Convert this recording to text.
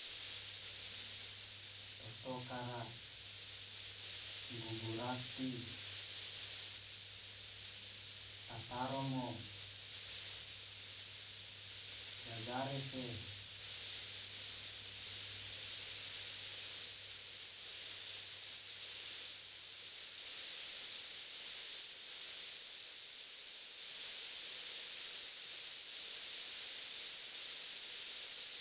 Totokara gugurati tataromo jajarese